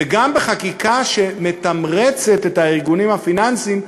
וגם בחקיקה שמתמרצת את הארגונים הפיננסיים,